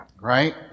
right